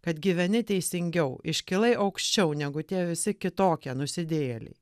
kad gyveni teisingiau iškilai aukščiau negu tie visi kitokie nusidėjėliai